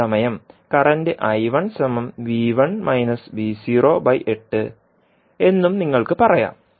അതേസമയം കറന്റ് എന്നും നിങ്ങൾക്ക് പറയാം